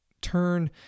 turn